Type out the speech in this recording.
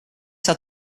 had